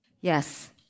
Yes